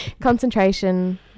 Concentration